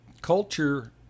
culture